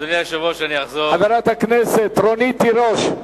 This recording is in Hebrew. חברת הכנסת רונית תירוש.